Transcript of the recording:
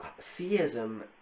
theism